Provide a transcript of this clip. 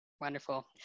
Wonderful